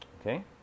Okay